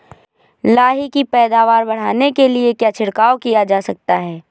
लाही की पैदावार बढ़ाने के लिए क्या छिड़काव किया जा सकता है?